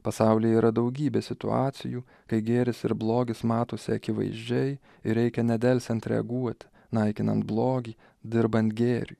pasaulyje yra daugybė situacijų kai gėris ir blogis matosi akivaizdžiai ir reikia nedelsiant reaguot naikinant blogį dirbant gėrį